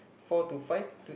four to five three